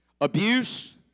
abuse